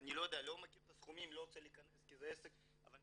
אני לא מכיר את הסכומים ולא רוצה להכנס אליהם אבל אני